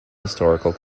historical